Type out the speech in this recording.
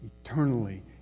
eternally